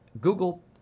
Google